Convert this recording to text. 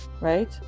right